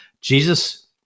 Jesus